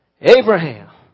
Abraham